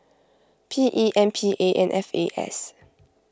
P E M P A and F A S